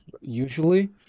usually